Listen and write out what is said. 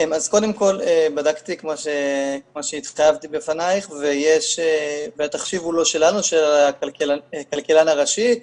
להדגיש שלהיכנס לנבכי הפרטים האלה של החישובים זה אגף הכלכלן הראשי.